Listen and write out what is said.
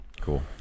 Cool